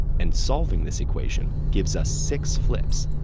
and solving this equation gives us six flips.